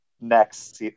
next